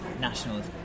Nationals